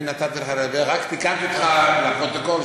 אני נתתי לך לדבר, רק תיקנתי אותך לפרוטוקול.